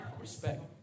Respect